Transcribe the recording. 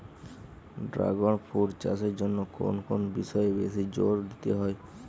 Dragon fruit চাষের জন্য কোন কোন বিষয়ে বেশি জোর দিতে হয়?